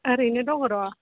ओरैनो दङ र'